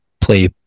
play